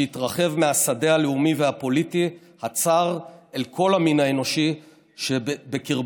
שהתרחב מהשדה הלאומי והפוליטי הצר אל כל המין האנושי שבקרבו.